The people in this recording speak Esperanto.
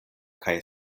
kaj